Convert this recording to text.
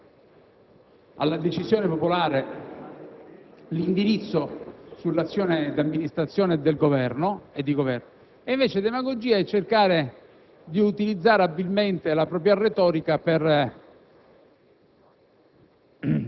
...alla decisione popolare l'indirizzo sull'azione di amministrazione e di governo, invece demagogia è cercare